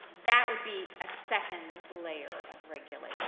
that would be a second layer of regulation.